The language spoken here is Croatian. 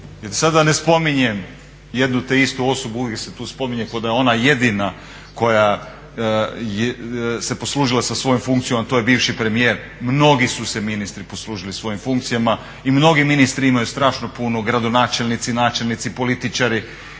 da ne spominjem jednu te istu osobu, uvijek se tu spominje kao da je ona jedina koja se poslužila sa svojom funkcijom, a to je bivši premijer, mnogi su se ministri poslužili svojim funkcijama i mnogi ministri imaju strašno puno, gradonačelnici, načelnici, političari.